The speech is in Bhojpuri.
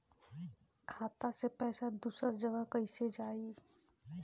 खाता से पैसा दूसर जगह कईसे जाई?